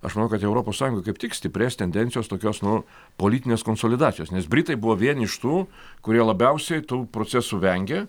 aš manau kad europos sąjunga kaip tik stiprės tendencijos tokios nu politinės konsolidacijos nes britai buvo vieni iš tų kurie labiausiai tų procesų vengė